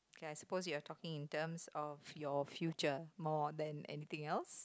okay I suppose you are talking in terms of your future more than anything else